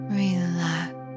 relax